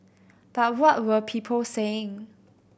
but what were people saying